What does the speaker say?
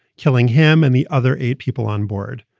killing him and the other eight people onboard.